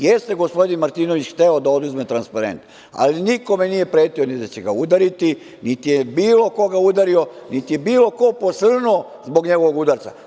Jeste gospodin Martinović hteo da oduzme transparent, ali nikome nije pretio ni da će ga udariti, niti je bilo koga udario, niti je bilo ko posrnuo zbog njegovog udarca.